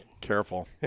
careful